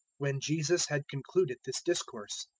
when jesus had concluded this discourse,